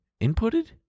inputted